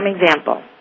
example